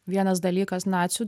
vienas dalykas nacių